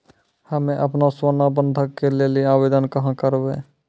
हम्मे आपनौ सोना बंधन के लेली आवेदन कहाँ करवै?